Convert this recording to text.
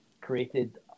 created